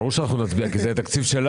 ברור שנצביע, כי זה יהיה תקציב שלנו.